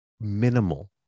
minimal